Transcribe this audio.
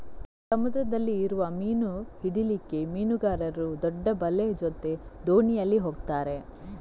ಸಮುದ್ರದಲ್ಲಿ ಇರುವ ಮೀನು ಹಿಡೀಲಿಕ್ಕೆ ಮೀನುಗಾರರು ದೊಡ್ಡ ಬಲೆ ಜೊತೆ ದೋಣಿಯಲ್ಲಿ ಹೋಗ್ತಾರೆ